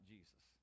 Jesus